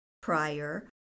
prior